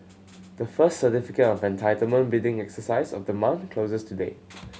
the first Certificate of Entitlement bidding exercise of the month closes today